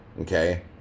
okay